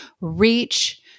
reach